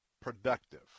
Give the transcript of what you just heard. productive